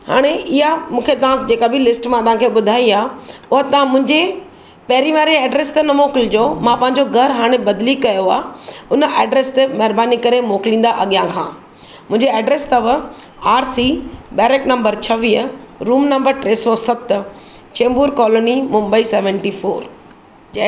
हाणे इहो मूंखे तव्हां जेका बि लिस्ट मां तव्हांखे ॿुधाई आहे उहा तव्हां मुंहिंजे पहिरीं वारे एड्रैस ते ना मोकिलिजो मां पंहिंजो घर हाणे बदिली कयो आहे हुन एड्रैस ते महिरबानी करे मोकिलंदा अॻियां खां मुंहिंजी एड्रैस अथव आर सी बैरक नम्बर छवीह रूम नम्बर टे सौ सत Chembur colony Mumbai seventy four जय